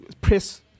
press